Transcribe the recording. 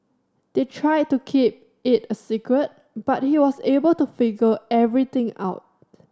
they tried to keep it a secret but he was able to figure everything out